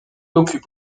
occupe